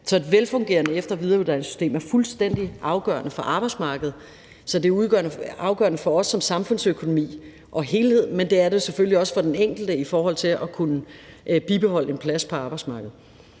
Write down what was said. Så et velfungerende efter- og videreuddannelsessystem er fuldstændig afgørende for arbejdsmarkedet. Så det er afgørende for samfundsøkonomien og for helheden, men det er det selvfølgelig også for den enkelte i forhold til at kunne bibeholde en plads på arbejdsmarkedet.